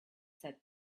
said